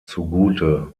zugute